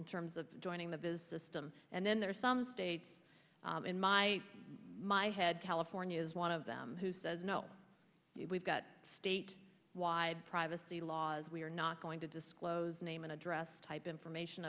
in terms of joining the biz system and then there are some states in my my head california is one of them who says no we've got state wide privacy laws we're not going to disclose name and address type information